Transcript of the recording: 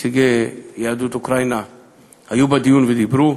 נציגי יהדות אוקראינה היו בדיון ודיברו.